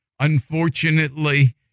Unfortunately